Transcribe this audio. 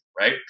right